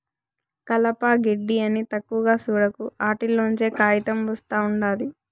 కలప, గెడ్డి అని తక్కువగా సూడకు, ఆటిల్లోంచే కాయితం ఒస్తా ఉండాది